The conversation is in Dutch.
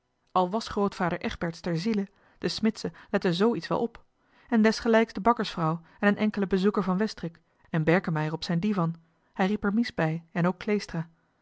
al was grootvader egberts ter ziele de smidse lette z iets wel op en desgelijks de bakkersvrouw en een enkele bezoeker van westrik en berkemeier op zijn divan hij riep er mies bij en ook kleestra